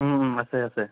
আছে আছে